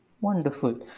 Wonderful